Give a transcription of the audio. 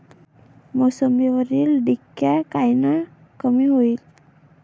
मोसंबीवरील डिक्या कायनं कमी होईल?